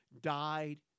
died